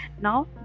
Now